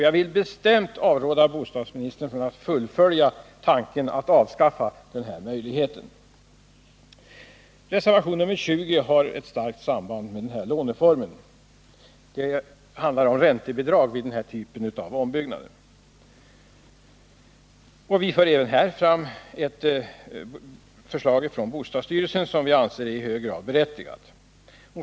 Jag vill bestämt avråda bostadsministern från att fullfölja tanken på att avskaffa den. Reservationen 20 har ett starkt samband med denna låneform. Den tar upp frågan om räntebidrag vid mindre ombyggnad. Vi för även här fram ett förslag från bostadsstyrelsen som vi anser är i hög grad berättigat.